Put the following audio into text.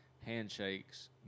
handshakes